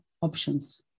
options